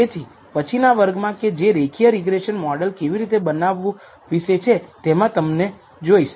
તેથી પછીના વર્ગમાં કે જે રેખીય રીગ્રેસન મોડલ કેવી રીતે બનાવવુ વિશે છે તેમાં તમને જોઇશ